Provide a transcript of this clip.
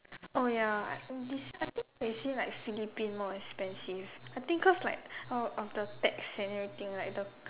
oh ya uh this like I think they say like Philippines more expensive I think cause like uh of the tax and everything like the